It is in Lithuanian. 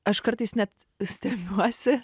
aš kartais net stebiuosi